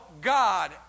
God